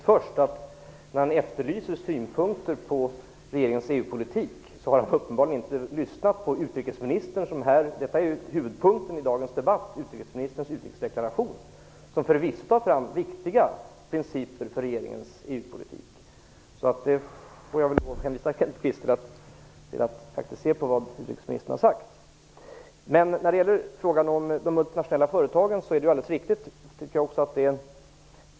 Fru talman! Kenneth Kvist efterlyser synpunkter på regeringens EU-politik. Han har uppenbarligen då inte lyssnat till utrikesministerns utrikesdeklaration, som ju är huvudpunkten i dagens debatt. Där tas förvisso viktiga principer för regeringens EU-politik fram. Jag får därför hänvisa Kenneth Kvist till att ta del av vad utrikesministern har sagt. Det Kenneth Kvist säger om de multinationella företagen är alldeles riktigt.